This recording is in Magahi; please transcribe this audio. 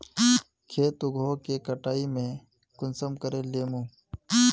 खेत उगोहो के कटाई में कुंसम करे लेमु?